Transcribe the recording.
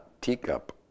teacup